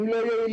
הם לא יעילים,